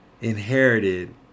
inherited